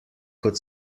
kot